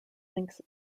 links